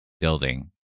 building